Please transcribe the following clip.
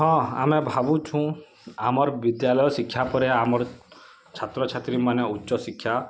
ହଁ ଆମେ ଭାବୁଛୁଁ ଆମର୍ ବିଦ୍ୟାଲୟ ଶିକ୍ଷା ପରେ ଆମର୍ ଛାତ୍ରଛାତ୍ରୀମାନେ ଉଚ୍ଚ ଶିକ୍ଷା